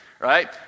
right